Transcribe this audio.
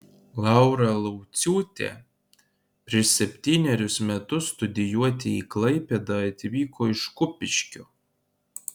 laura lauciūtė prieš septynerius metus studijuoti į klaipėdą atvyko iš kupiškio